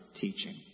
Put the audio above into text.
teaching